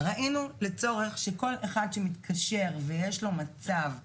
ראינו צורך שכל אחד שמתקשר ויש לו מצב מצוקה,